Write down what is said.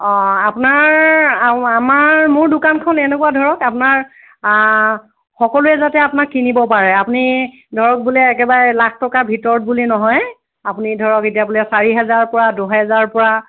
অঁ আপোনাৰ আমাৰ মোৰ দোকানখন এনেকুৱা ধৰক আপোনাৰ সকলোৱে যাতে আপোনাৰ কিনিব পাৰে আপুনি ধৰক বোলে একেবাৰে লাখ টকাৰ ভিতৰত বুলি নহয় আপুনি ধৰক এতিয়া বোলে চাৰি হেজাৰৰপৰা দুহেজাৰৰপৰা